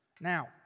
Now